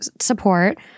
support